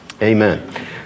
Amen